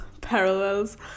parallels